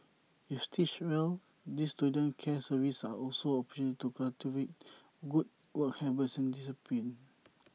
if stitched well these student care services are also opportunities to cultivate good work habits and discipline